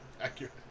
Accurate